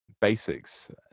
basics